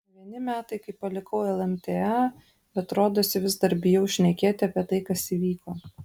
praėjo ne vieni metai kai palikau lmta bet rodosi vis dar bijau šnekėti apie tai kas įvyko